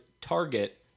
target